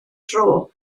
dro